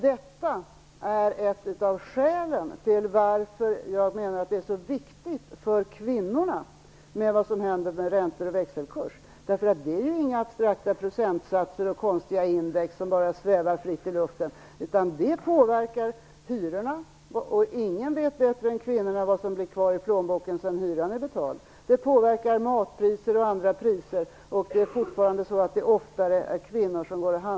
Detta är ett av skälen till att jag menar att det som händer med räntor och växelkurs är så viktigt för kvinnorna. Det är inga abstrakta procentsatser och konstiga index som bara svävar fritt i luften, utan det påverkar t.ex. hyrorna. Och ingen vet bättre än kvinnorna vad som blir kvar i plånboken när hyran är betald. Det påverkar matpriser och andra priser, och kvinnorna går fortfarande oftare och handlar än karlarna.